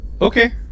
Okay